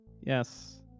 Yes